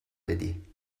بدی